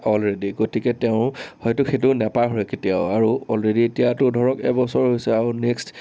already গতিকে তেওঁ হয়তো সেইটো নাপাহৰে কেতিয়াও আৰু অলৰেডি এতিয়াতো ধৰক এবছৰ হৈছে আৰু নেক্সট